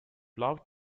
love